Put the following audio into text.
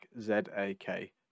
z-a-k